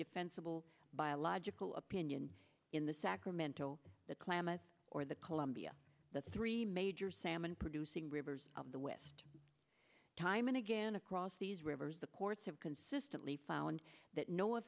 defensible biological opinion in the sacramento the klamath or the columbia the three major salmon producing rivers of the west time and again across these rivers the courts have consistently found that no